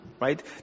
right